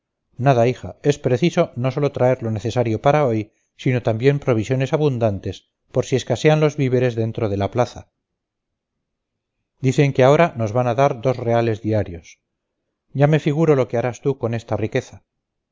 nada hija es preciso no sólo traer lo necesario para hoy sino también provisiones abundantes por si escasean los víveres dentro de la plaza dicen que ahora nos van a dar dos reales diarios ya me figuro lo que harás tú con esta riqueza